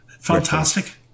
Fantastic